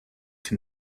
can